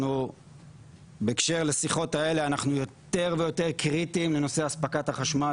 אנחנו בהקשר לשיחות האלה יותר ויותר קריטיים לנושא הספקת החשמל,